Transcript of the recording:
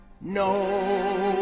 No